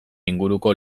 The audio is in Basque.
inguruko